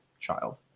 child